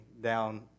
down